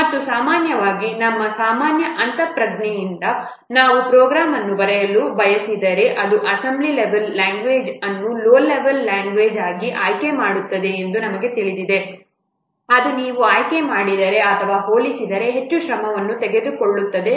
ಮತ್ತು ಸಾಮಾನ್ಯವಾಗಿ ನಮ್ಮ ಸಾಮಾನ್ಯ ಅಂತಃಪ್ರಜ್ಞೆಯಿಂದ ನಾವು ಪ್ರೋಗ್ರಾಂಅನ್ನು ಬರೆಯಲು ಬಯಸಿದರೆ ಅದು ಈ ಅಸೆಂಬ್ಲಿ ಲೆವೆಲ್ ಲ್ಯಾಂಗ್ವೇಜ್ ಅನ್ನು ಲೋ ಲೆವೆಲ್ ಲ್ಯಾಂಗ್ವೇಜ್ ಆಗಿ ಆಯ್ಕೆ ಮಾಡುತ್ತದೆ ಎಂದು ನಮಗೆ ತಿಳಿದಿದೆ ಅದು ನೀವು ಆಯ್ಕೆ ಮಾಡಿದರೆ ಅಥವಾ ಹೋಲಿಸಿದರೆ ಹೆಚ್ಚು ಶ್ರಮವನ್ನು ತೆಗೆದುಕೊಳ್ಳುತ್ತದೆ